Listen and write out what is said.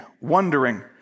wondering